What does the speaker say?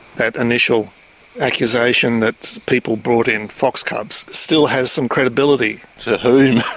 that initial accusation that people brought in fox cubs still has some credibility. to whom,